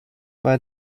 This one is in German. bei